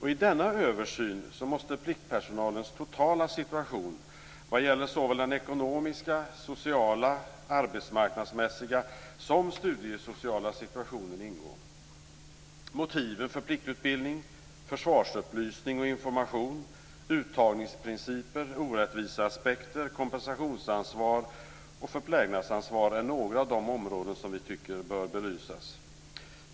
I denna översyn måste pliktpersonalens totala situation vad gäller såväl den ekonomiska, sociala, arbetsmarknadsmässiga som studiesociala situationen ingå. Motiven för pliktutbildning, försvarsupplysning och information, uttagningsprinciper, orättviseaspekter, kompensationsansvar och förplägnadsansvar är några av de områden som vi tycker bör belysas.